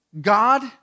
God